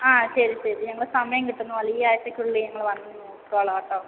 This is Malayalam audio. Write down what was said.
ആ ശരി ശരി ഞങ്ങള് സമയം കിട്ടുന്നപ്പോലെ ഈ ആഴ്ചക്കുള്ളില് ഞങ്ങള് വന്ന് നോക്കിക്കോളാം കേട്ടോ